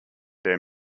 their